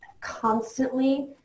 constantly